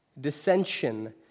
dissension